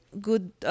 Good